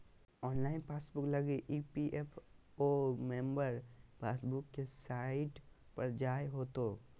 online passbook लगी EPFO member passbook के site पर जाय होतो